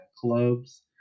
clubs